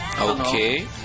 Okay